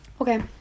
Okay